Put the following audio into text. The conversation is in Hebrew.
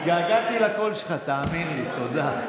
התגעגעתי לקול שלך, תאמין ליץ תודה.